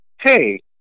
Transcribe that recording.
hey